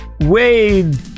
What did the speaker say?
Wade